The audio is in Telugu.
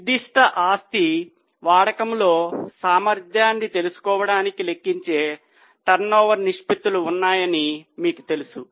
నిర్దిష్ట ఆస్తి వాడకంలో సామర్థ్యాన్ని తెలుసుకోవడానికి లెక్కించే టర్నోవర్ నిష్పత్తులు ఉన్నాయని మీకు తెలుసు